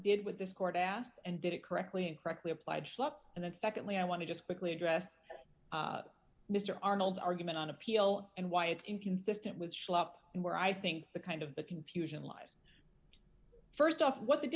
did with this court asked and did it correctly incorrectly applied slip and then secondly i want to just quickly address mr arnold argument on appeal and why it's inconsistent with show up where i think the kind of the confusion lies st off what the